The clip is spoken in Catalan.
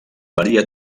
varia